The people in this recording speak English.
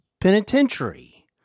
Penitentiary